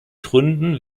gründen